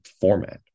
format